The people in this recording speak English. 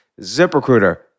ZipRecruiter